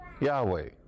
Yahweh